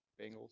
Bengals